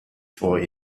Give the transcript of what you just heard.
for